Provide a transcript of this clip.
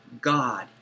God